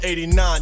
89